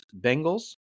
Bengals